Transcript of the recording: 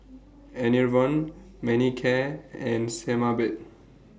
Enervon Manicare and Sebamed